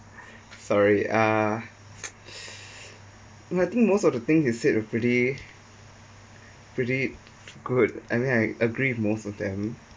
sorry uh I think most of the thing he said was pretty pretty good I mean I agree most of them